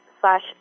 slash